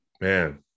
Man